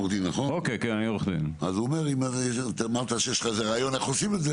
אז הוא אומר שאם יש לך רעיון איך עושים את זה,